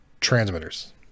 transmitters